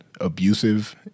abusive